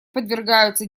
подвергаются